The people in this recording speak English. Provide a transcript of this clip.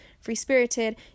free-spirited